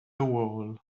wall